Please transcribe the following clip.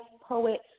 poet